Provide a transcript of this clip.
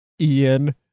Ian